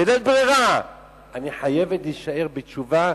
בלית ברירה אני חייבת להישאר בתשובה,